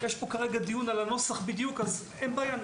יש פה כרגע דיון על הנוסח בדיוק אז אין בעיה,